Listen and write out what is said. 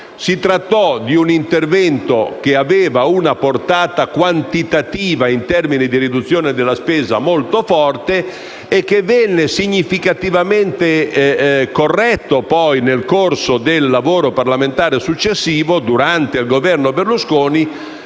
Si trattò di un intervento che aveva una portata quantitativa in termini di riduzione della spesa, molto forte e che venne significativamente corretto poi nel corso del lavoro parlamentare successivo, durante il Governo Berlusconi